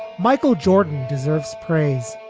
michael jordan deserves praise.